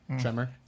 tremor